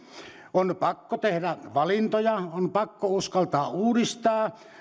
on pakko tehdä valintoja on pakko uskaltaa uudistaa